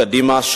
קדימה,